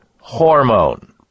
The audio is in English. hormone